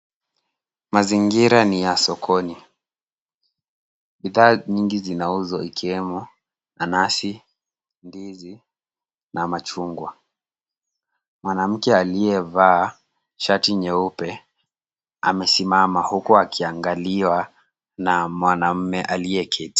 Mazingira ni ya sokoni. Bidhaa nyingi zinauzwa ikiwemo nanasi, ndizi na machungwa. Mwanamke aliyevaa shati nyeupe amesimama huku akiangaliwa na mwanaume aliyeketi.